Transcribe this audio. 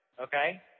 Okay